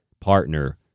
partner